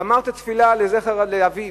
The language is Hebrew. גמר את התפילה לזכר אביו,